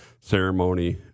ceremony